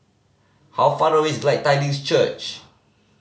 how far away is Tidings Church